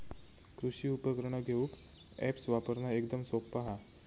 कृषि उपकरणा घेऊक अॅप्स वापरना एकदम सोप्पा हा